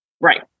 Right